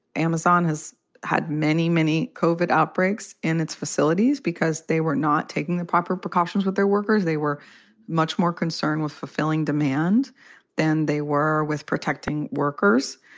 amazon has had many, many covert outbreaks in its facilities because they were not taking the proper precautions with their workers. they were much more concerned with fulfilling demand than they were with protecting workers.